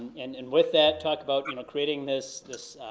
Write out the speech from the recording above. and and with that, talk about and creating this this